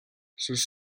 sus